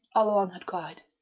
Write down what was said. oleron had cried.